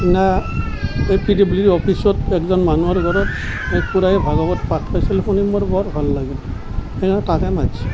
সেইদিনা P W D অফিচত এজন মানুহৰ ঘৰত খুৰাই ভাগৱত পাঠ কৰিছিল শুনি মোৰ বৰ ভাল লাগিল